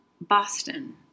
Boston